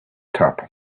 top